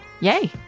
Yay